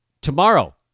Tomorrow